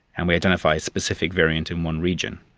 and we identify a specific variant in one region.